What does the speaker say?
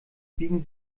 biegen